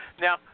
now